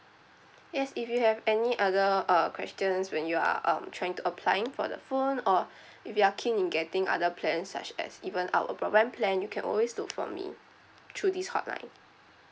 yes if you have any other uh questions when you are um trying to applying for the phone or if you are keen in getting other plan such as even our broadband plan you can always look for me through this hotline